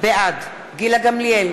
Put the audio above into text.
בעד גילה גמליאל,